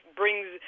brings